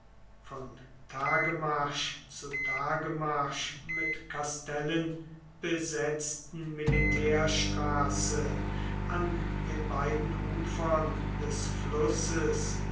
von tagemarsch zu tagemarsch mit kastellen besetzten militärstraße an den beiden ufern des flusses